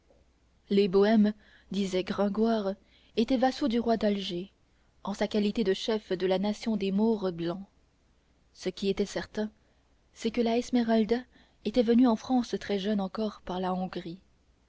les bohèmes disait gringoire étaient vassaux du roi d'alger en sa qualité de chef de la nation des maures blancs ce qui était certain c'est que la esmeralda était venue en france très jeune encore par la hongrie